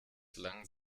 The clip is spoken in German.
lang